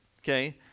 okay